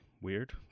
weird